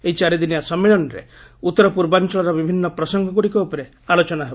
ଏହି ଚାରିଦିନିଆ ସମ୍ମିଳନୀରେ ଉତ୍ତର ପୂର୍ବାଞ୍ଚଳର ବିଭିନ୍ନ ପ୍ରସଙ୍ଗଗୁଡିକ ଉପରେ ଆଲୋଚନା ହେବ